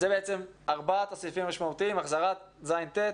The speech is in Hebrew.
אז אלה בעצם ארבעת הסעיפים המשמעותיים: החזרת ז'-ט',